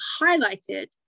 highlighted